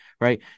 right